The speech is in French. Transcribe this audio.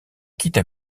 quitta